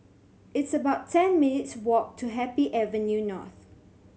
it's about ten minutes' walk to Happy Avenue North